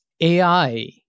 AI